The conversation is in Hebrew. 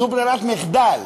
זו ברירת מחדל.